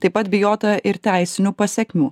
taip pat bijota ir teisinių pasekmių